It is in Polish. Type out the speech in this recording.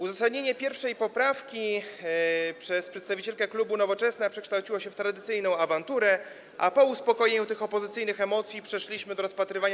Uzasadnienie pierwszej poprawki przez przedstawicielkę klubu Nowoczesna przekształciło się w tradycyjną awanturę, a po uspokojeniu tych opozycyjnych emocji przeszliśmy do rozpatrywania.